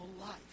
life